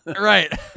right